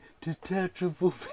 detachable